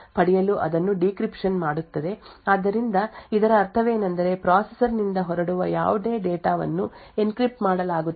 ಆದ್ದರಿಂದ ಇದರ ಅರ್ಥವೇನೆಂದರೆ ಪ್ರೊಸೆಸರ್ ನಿಂದ ಹೊರಡುವ ಯಾವುದೇ ಡೇಟಾವನ್ನು ಎನ್ಕ್ರಿಪ್ಟ್ ಮಾಡಲಾಗುತ್ತದೆ ಮತ್ತು ಎನ್ಕ್ಲೇವ್ನಲ್ಲಿರುವ ಪ್ರೊಸೆಸರ್ನಲ್ಲಿ ಓದುವ ಯಾವುದೇ ಡೇಟಾವನ್ನು ಡೀಕ್ರಿಪ್ಟ್ ಮಾಡಲಾಗುತ್ತದೆ